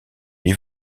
lui